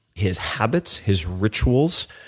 his habits, his rituals,